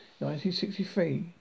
1963